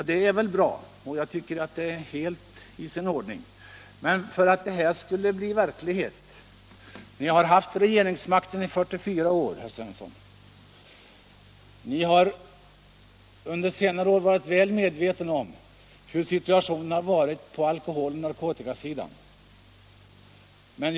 Detta är ju bra; jag tycker att det är helt i sin ordning om detta blir verklighet. Men ni har ju haft regeringsmakten i 44 år, herr Svensson, och under senare år har ni varit väl medvetna om situationens allvar på alkoholoch narkotikasidan.